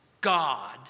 God